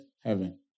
heaven